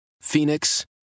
Phoenix